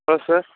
sir sir